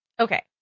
Okay